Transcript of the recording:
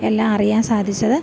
എല്ലാം അറിയാൻ സാധിച്ചത്